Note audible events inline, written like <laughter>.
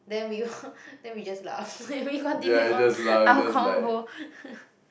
then we <breath> then we just laugh <laughs> and we continue on our convo <laughs>